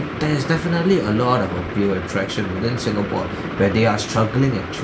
there is definitely a lot of appeal and traction within singapore where they are struggling actually